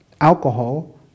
alcohol